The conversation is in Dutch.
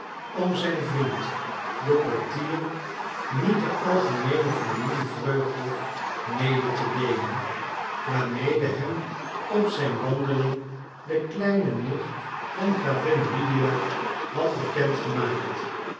om zijn vriend den portier niet de algemeene familievreugde mede te deelen waarmede hem op zijn wandeling de kleine nicht van gravin lydia had bekend gemaakt